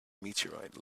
meteorite